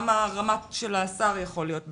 גם הרמ"ט של השר יכול להיות בסדר,